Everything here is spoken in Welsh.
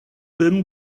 bum